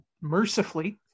mercifully